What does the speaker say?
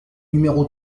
numéro